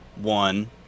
one